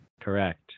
Correct